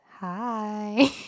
hi